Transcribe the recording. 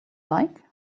like